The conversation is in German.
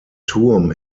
turm